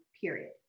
period